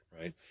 right